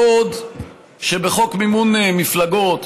בעוד בחוק מימון מפלגות